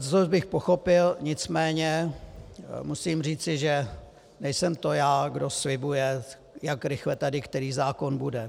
Leccos bych pochopil, nicméně musím říci, že nejsem to já, kdo slibuje, jak rychle tady který zákon bude.